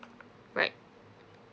right